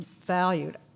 valued